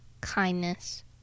kindness